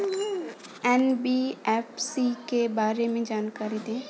NBFC के बारे में जानकारी दें?